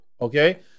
okay